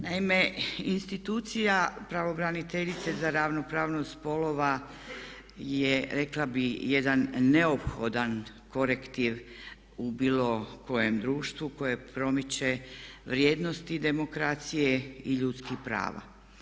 Naime, institucija pravobraniteljice za ravnopravnost spolova je rekla bih jedan neophodan kolektiv u bilo kojem društvu koje promiče vrijednosti demokracije i ljudskih prava.